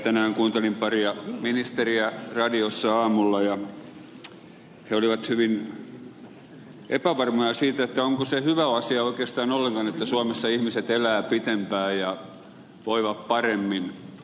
tänään kuuntelin paria ministeriä radiossa aamulla ja he olivat hyvin epävarmoja siitä että onko se hyvä asia oikeastaan ollenkaan että suomessa ihmiset elävät pitempään ja voivat paremmin